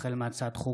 החל בהצעת חוק